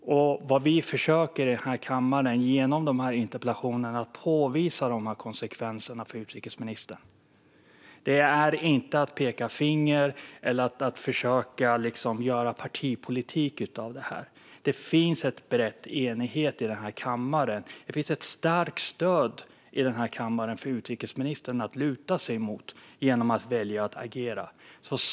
Vad vi i den här kammaren försöker åstadkomma genom våra interpellationer är att påvisa dessa konsekvenser för utrikesministern. Det är inte att peka finger eller att försöka göra partipolitik av det hela. Det finns en bred enighet i den här kammaren. Det finns ett starkt stöd här i kammaren för utrikesministern att luta sig mot om han väljer att agera.